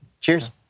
Cheers